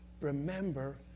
remember